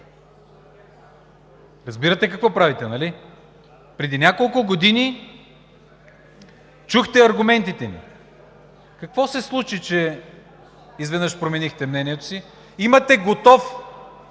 Разбирате какво правите, нали? Преди няколко години чухте аргументите ни. Какво се случи, че изведнъж променихте мнението си?! Имате готов